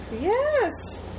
Yes